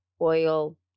oil